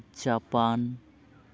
Japan